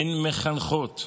הן מחנכות,